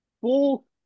full